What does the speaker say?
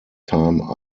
time